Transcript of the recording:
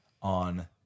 on